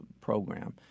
program